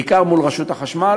בעיקר מול רשות החשמל.